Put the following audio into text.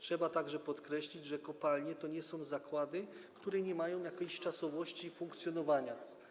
Trzeba także podkreślić, że kopalnie to nie są zakłady, które nie mają jakiejś czasowości funkcjonowania.